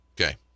Okay